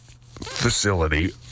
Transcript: facility